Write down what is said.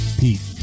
pete